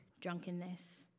drunkenness